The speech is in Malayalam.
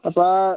അപ്പം ആ